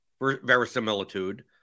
verisimilitude